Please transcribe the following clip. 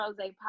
Rose